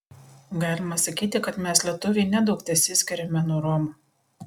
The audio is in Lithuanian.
galima sakyti kad mes lietuviai nedaug tesiskiriame nuo romų